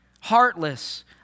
heartless